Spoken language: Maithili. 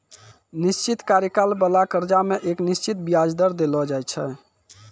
निश्चित कार्यकाल बाला कर्जा मे एक निश्चित बियाज दर देलो जाय छै